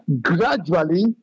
gradually